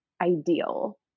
ideal